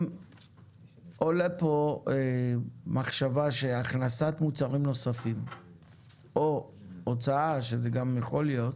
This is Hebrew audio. עולה פה מחשבה שהכנסת מוצרים נוספים או הוצאה שזה גם יכול להיות,